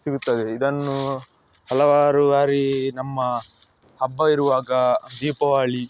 ಸಿಗುತ್ತದೆ ಇದನ್ನು ಹಲವಾರು ಬಾರಿ ನಮ್ಮ ಹಬ್ಬ ಇರುವಾಗ ದೀಪಾವಳಿ